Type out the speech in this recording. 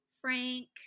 Frank